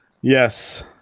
Yes